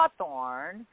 Cawthorn